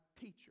teacher